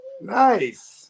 Nice